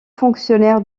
fonctionnaire